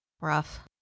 Rough